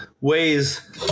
ways